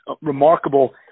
remarkable